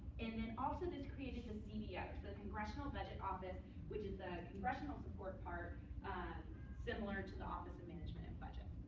and then also, this created the cbo yeah the congressional budget office which is the congressional support part similar to the office of management and budget.